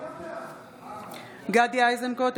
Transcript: בעד גדי איזנקוט,